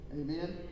Amen